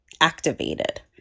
activated